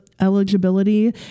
eligibility